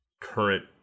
current